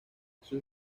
sus